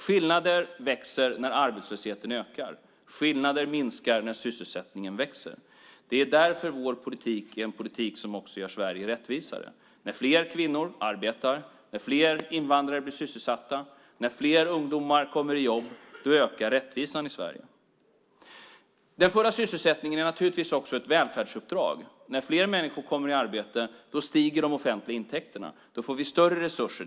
Skillnader växer när arbetslösheten ökar. Skillnader minskar när sysselsättningen växer. Det är därför vår politik är en politik som också gör Sverige rättvisare. När fler kvinnor arbetar, när fler invandrare blir sysselsatta och när fler ungdomar kommer i jobb ökar rättvisan i Sverige. Den fulla sysselsättningen är naturligtvis också ett välfärdsuppdrag. När fler människor kommer i arbete stiger de offentliga intäkterna. Då får vi större resurser.